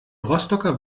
rostocker